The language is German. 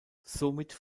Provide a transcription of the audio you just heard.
somit